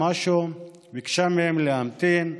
וביקשה מהן להמתין.